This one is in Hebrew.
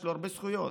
יש לו הרבה זכויות.